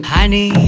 Honey